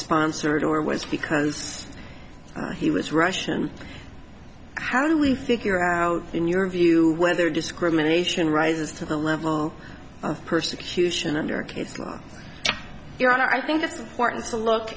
sponsored or was because he was russian how do we figure out in your view whether discrimination rises to the level of persecution under your honor i think it's important to look